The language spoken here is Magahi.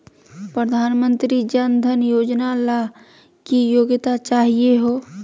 प्रधानमंत्री जन धन योजना ला की योग्यता चाहियो हे?